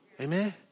Amen